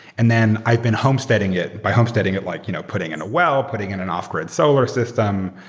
and then i've been homesteading it. by homesteading it, like you know putting in a well, putting in an off grid solar system,